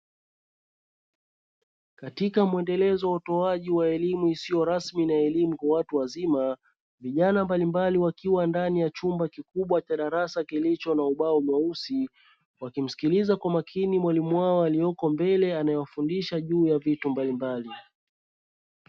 Katika muendelezo wa utoaji wa elimu isiyo rasmi na elimu kwa watu wazima, vijana mbalimbali wakiwa ndani ya chumba kikubwa cha darasa kilicho na ubao mweusi. Wakimsikiliza kwa makini mwalimu wao akiwepo mbele, anayewafundisha juu ya vitu mbalimbali.